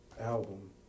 album